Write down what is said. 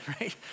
right